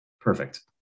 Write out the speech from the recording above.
Perfect